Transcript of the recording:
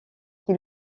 qui